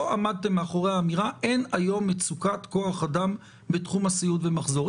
עמדתם מאחורי האמירה: אין היום מצוקת כוח אדם בתחום הסיעוד ומחסור.